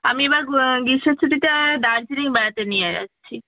আমি এবার গ্রীষ্মের ছুটিটা দার্জিলিং বেড়াতে নিয়ে যাচ্ছি